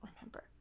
remember